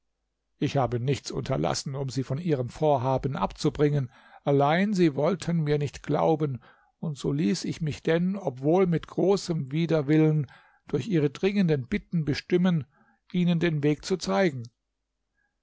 ich habe nichts unterlassen um sie von ihrem vorhaben abzubringen allein sie wollten mir nicht glauben und so ließ ich mich denn obwohl mit großem widerwillen durch ihre dringenden bitten bestimmen ihnen den weg zu zeigen